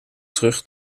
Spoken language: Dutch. terug